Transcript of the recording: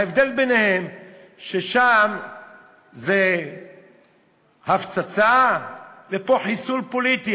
ההבדל הוא ששם זו הפצצה ופה חיסול פוליטי,